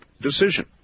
decision